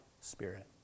spirit